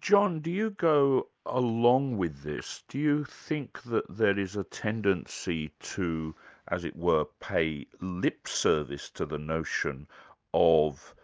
john, do you go along with this? do you think that there is a tendency to as it were, pay lip service to the notion of